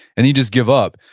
and you just give up.